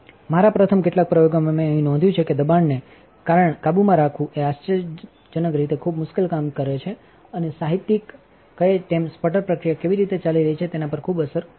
મારા પ્રથમ કેટલાક પ્રયોગોમાં મેં અહીં નોંધ્યું છે કે દબાણનેકાબૂમાં રાખવુંએઆશ્ચર્યજનક રીતે મુશ્કેલકામ કરે છેઅને સાહિત્યિક કહે છે તેમ સ્પટર પ્રક્રિયા કેવી રીતે ચાલી રહી છે તેના પર ખૂબ અસર કરે છે